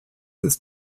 ist